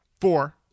Four